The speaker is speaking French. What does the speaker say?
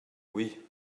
oui